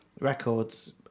Records